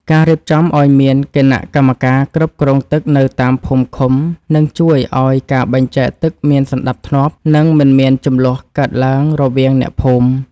ការរៀបចំឱ្យមានគណៈកម្មការគ្រប់គ្រងទឹកនៅតាមភូមិឃុំនឹងជួយឱ្យការបែងចែកទឹកមានសណ្តាប់ធ្នាប់ និងមិនមានជម្លោះកើតឡើងរវាងអ្នកភូមិ។